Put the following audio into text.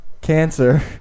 cancer